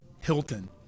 Hilton